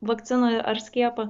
vakciną ar skiepą